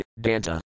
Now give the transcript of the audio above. Danta